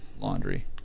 laundry